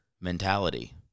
mentality